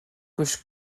گوش